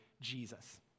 Jesus